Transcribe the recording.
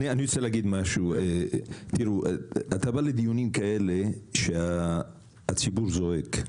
אתה בא לדיונים כאלה, כשהציבור זועק.